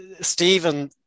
Stephen